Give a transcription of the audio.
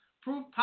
Proof